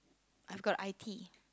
I've got i_t